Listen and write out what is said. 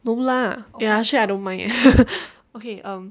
no lah ya actually I don't mind eh okay um